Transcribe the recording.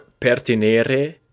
pertinere